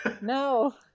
No